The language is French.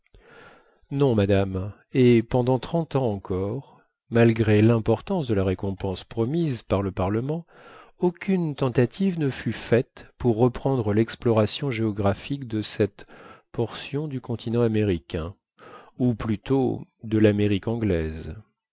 non madame et pendant trente ans encore malgré l'importance de la récompense promise par le parlement aucune tentative ne fut faite pour reprendre l'exploration géographique de cette portion du continent américain ou plutôt de l'amérique anglaise